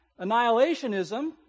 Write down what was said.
Annihilationism